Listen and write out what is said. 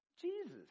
Jesus